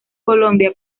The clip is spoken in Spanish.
colombia